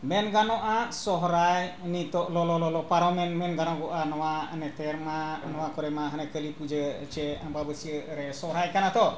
ᱢᱮᱱ ᱜᱟᱱᱚᱜᱼᱟ ᱥᱚᱦᱨᱟᱭ ᱱᱤᱛᱳᱜ ᱞᱚᱞᱚ ᱯᱟᱨᱚᱢᱮᱱ ᱢᱮᱱ ᱜᱟᱱᱚᱜᱚᱜᱼᱟ ᱱᱚᱣᱟ ᱱᱚᱛᱮᱨᱮᱢᱟ ᱱᱚᱣᱟ ᱠᱚᱨᱮ ᱢᱟ ᱦᱟᱱᱮ ᱠᱟᱹᱞᱤ ᱯᱩᱡᱟᱹ ᱥᱮ ᱟᱢᱵᱟᱹᱥᱭᱟᱹ ᱨᱮ ᱥᱚᱦᱨᱟᱭ ᱠᱟᱱᱟ ᱛᱚ